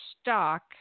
stock